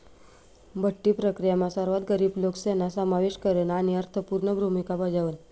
बठ्ठी प्रक्रीयामा सर्वात गरीब लोकेसना समावेश करन आणि अर्थपूर्ण भूमिका बजावण